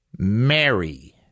Mary